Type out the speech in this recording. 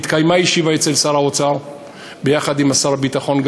התקיימה ישיבה אצל שר האוצר יחד עם שר הביטחון,